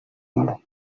meló